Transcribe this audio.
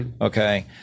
Okay